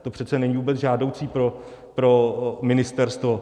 To přece není vůbec žádoucí pro ministerstvo.